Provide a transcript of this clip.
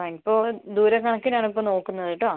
ആ ഇപ്പോൾ ദൂരം കണക്കിനാണ് ഇപ്പം നോക്കുന്നത് കേട്ടോ